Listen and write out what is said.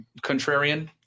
contrarian